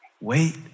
Wait